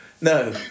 no